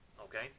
Okay